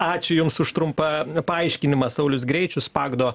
ačiū jums už trumpą paaiškinimą saulius greičius pagdo